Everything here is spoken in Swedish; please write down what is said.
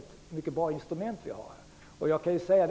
Vi har härigenom tillgång till ett mycket bra instrument.